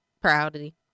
Proudly